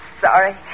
sorry